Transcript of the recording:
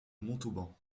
montauban